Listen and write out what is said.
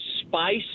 spice